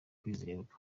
kwizerwa